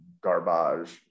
garbage